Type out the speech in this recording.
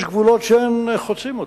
יש גבולות שאין חוצים אותם.